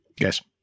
Yes